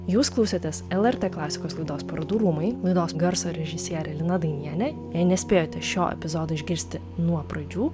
jūs klausėtės lrt klasikos laidos parodų rūmai laidos garso režisierė lina dainienė jei nespėjote šio epizodo išgirsti nuo pradžių